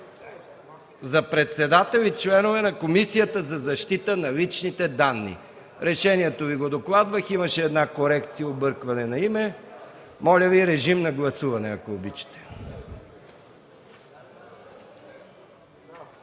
за председател и членове на Комисията за защита на личните данни. Решението Ви го докладвах. Имаше корекция – объркване на име. Ако обичате, режим на гласуване. Гласували